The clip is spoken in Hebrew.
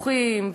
וניתוחים,